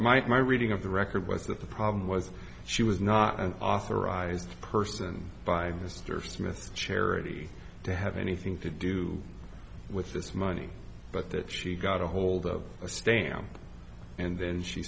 mike my reading of the record was that the problem was she was not an authorized person by mr smith's charity to have anything to do with this money but that she got ahold of a stamp and then she